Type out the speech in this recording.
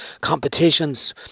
competitions